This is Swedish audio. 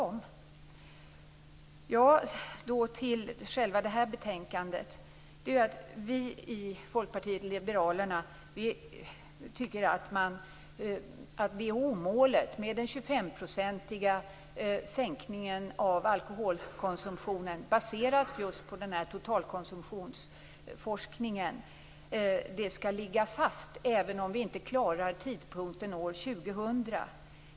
Om jag då går över till detta betänkande, tycker vi i Folkpartiet liberalerna att WHO-målet om 25 % sänkning av konsumtionen, baserat just på totalkonsumtionsforskningen, skall ligga fast även om vi inte klarar det till tidpunkten år 2000.